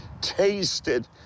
tasted